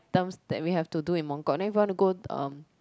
terms that we have to do in Mong Kok then if we wanna go um